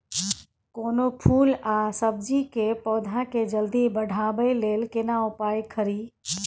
कोनो फूल आ सब्जी के पौधा के जल्दी बढ़ाबै लेल केना उपाय खरी?